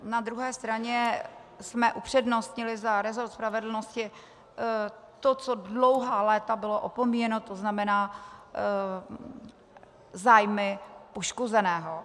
Na druhé straně jsme upřednostnili za resort spravedlnosti to, co dlouhá léta bylo opomíjeno, to znamená zájmy poškozeného.